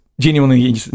genuinely